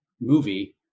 movie